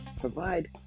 provide